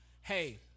Hey